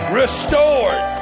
restored